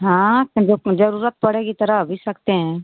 हाँ जो जरूरत पड़ेगी त रह भी सकते हैं